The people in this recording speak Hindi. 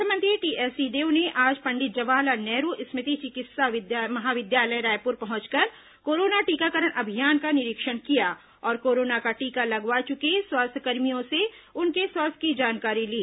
स्वास्थ्य मंत्री टीएस सिंहदेव ने आज पंडित जवाहरलाल नेहरू स्मृति चिकित्सालय महाविद्यालय रायपुर पहुंचकर कोरोना टीकाकरण अभियान का निरीक्षण किया और कोरोना का टीका लगवा चुके स्वास्थ्यकर्मियों से उनके स्वास्थ्य की जानकारी ली